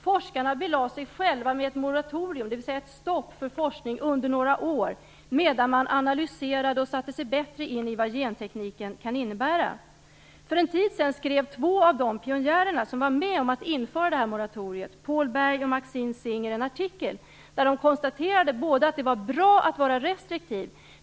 Forskarna belade sig själva med ett moratorium, dvs. ett stopp, för forskning under några år medan man analyserade och satte sig bättre in i vad gentekniken kan innebära. För en tid sedan skrev två av de pionjärer som var med om att införa moratoriet, Paul Berg och Maxine Singer, en artikel där de konstaterade att det var bra att vara restriktiv.